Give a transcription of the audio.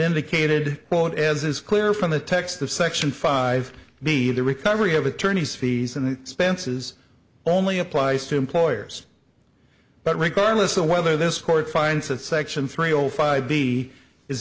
indicated quote as is clear from the text of section five b the recovery of attorneys fees and expenses only applies to employers but regardless of whether this court finds that section three o five b is